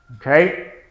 Okay